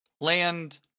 land